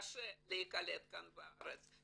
קשה להיקלט כאן בארץ,